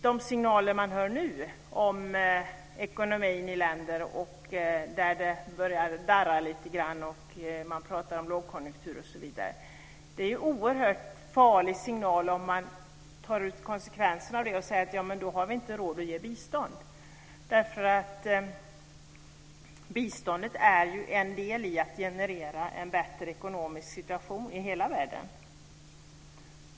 De signaler som hörs nu om att ekonomin börjar darra, lågkonjunktur osv., är oerhört farliga om de leder till att man säger att man inte har råd att ge bistånd. Biståndet är en del i att generera en bättre ekonomisk situation i hela världen.